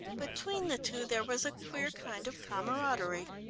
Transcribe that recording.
between the two there was a queer kind of camaraderie.